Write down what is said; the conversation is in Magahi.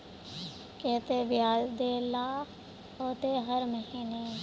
केते बियाज देल ला होते हर महीने?